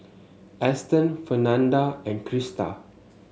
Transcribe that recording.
Eston Fernanda and Christa